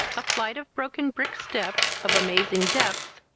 a flight of broken brick steps, of amazing depth,